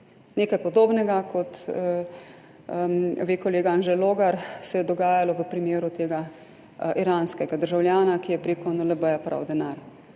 Nekaj podobnega, kot ve kolega Anže Logar, se je dogajalo v primeru tega iranskega državljana, ki je prek NLB pral denar.